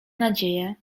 nadzieję